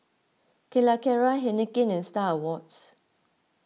Calacara Heinekein and Star Awards